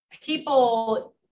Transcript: people